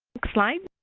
next slide.